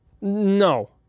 No